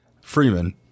Freeman